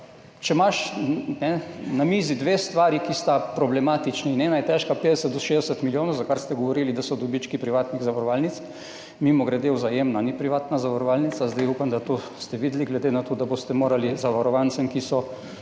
če imaš na mizi dve stvari, ki sta problematični in je ena težka 50 do 60 milijonov, za kar ste govorili, da so dobički privatnih zavarovalnic. Mimogrede, Vzajemna ni privatna zavarovalnica, zdaj upam, da ste to videli, glede na to, da boste morali zavarovancem, ki so